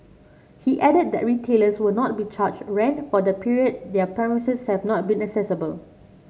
he added that retailers would not be charged rent for the period their premises have not been accessible